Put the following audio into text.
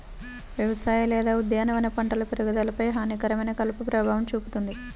వ్యవసాయ లేదా ఉద్యానవన పంటల పెరుగుదలపై హానికరమైన కలుపు ప్రభావం చూపుతుంది